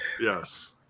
Yes